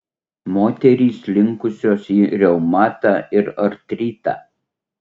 moterys linkusios į reumatą ir artritą